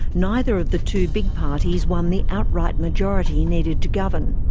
neither of the two big parties won the outright majority needed to govern.